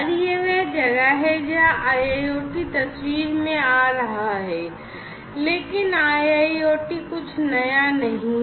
यह वह जगह है जहां यह IIoT तस्वीर में आ रहा है लेकिन एक IIoT कुछ नया नहीं है